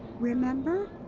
remember?